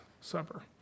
Supper